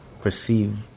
perceive